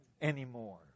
anymore